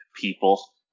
people